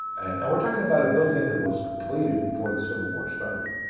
and and we're talking about a building that was completed before the civil war started.